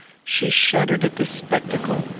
she shuddered at this spectacle,